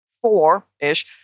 four-ish